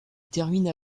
termine